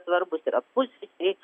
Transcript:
svarbūs yra pusryčiai